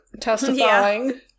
testifying